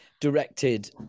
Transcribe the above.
directed